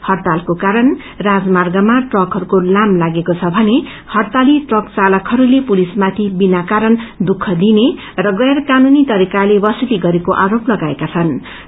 हड्डतालको कारण राजर्मागहरूमा ट्रकहरूको लाम लागेको छ भने हड्ताली ट्रक चालकहरूले पुलिसमाथि विना कारण दुःख दिने र गैर कानूनी तरिकाले वसुती गरेको आरोप लगाएका छनू